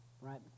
Right